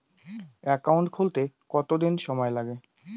Account খুলতে কতদিন সময় লাগে?